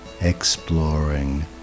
exploring